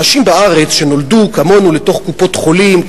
אנשים בארץ שנולדו כמונו לתוך קופות-חולים,